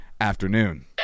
afternoon